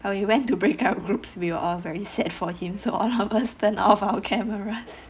when we went to break out groups we are all very sad for him so all of us turn of our cameras